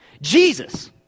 Jesus